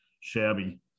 shabby